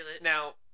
now